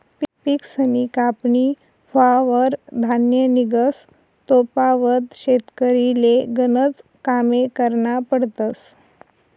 पिकसनी कापनी व्हवावर धान्य निंघस तोपावत शेतकरीले गनज कामे करना पडतस